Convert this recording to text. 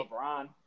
LeBron